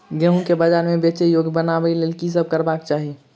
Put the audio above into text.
गेंहूँ केँ बजार मे बेचै योग्य बनाबय लेल की सब करबाक चाहि?